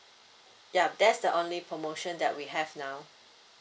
ya that's the only promotion that we have now